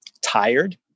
tired